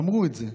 אמרו את זה,